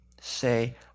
say